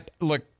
look